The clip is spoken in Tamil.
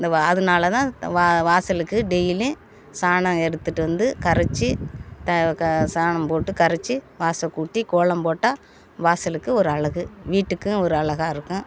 இந்த வா அதனால தான் வா வாசலுக்கு டெய்லியும் சாணம் எடுத்துட்டு வந்து கரைச்சி த க சாணம் போட்டு கரைச்சி வாசக்கூட்டி கோலம் போட்டால் வாசலுக்கு ஒரு அழகு வீட்டுக்கும் ஒரு அழகாக இருக்கும்